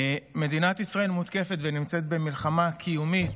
מדינת ישראל מותקפת ונמצאת במלחמה קיומית,